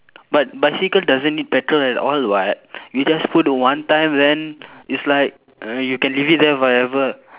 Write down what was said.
but bicycle doesn't need petrol at all [what] you just put one time then it's like err you can leave it there forever